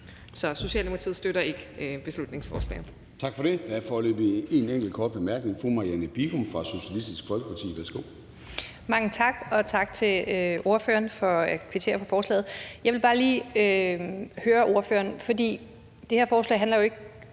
Så Socialdemokratiet støtter ikke beslutningsforslaget.